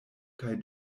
kaj